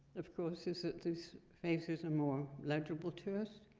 of course, is that these faces are more legible to us.